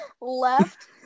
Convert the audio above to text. left